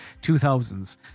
2000s